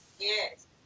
Yes